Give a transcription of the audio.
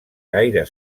gaire